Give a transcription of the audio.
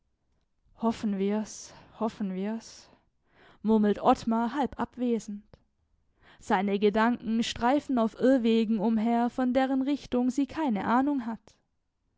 hoffen wir's hoffen wir's murmelt ottmar halb abwesend seine gedanken streifen auf irrwegen umher von deren richtung sie keine ahnung hat